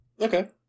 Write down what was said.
Okay